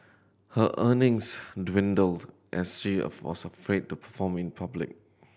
her earnings dwindled as she of was afraid to perform in public